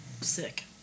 Sick